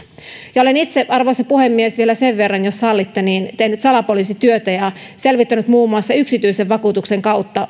ja olen itse arvoisa puhemies vielä sen verran jos sallitte tehnyt salapoliisityötä ja selvittänyt mahdollista vakuutusturvaa varusmiehelle muun muassa yksityisen vakuutuksen kautta